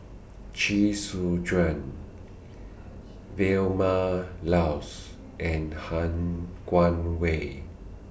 Chee Soon Juan Vilma Laus and Han Guangwei